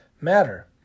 matter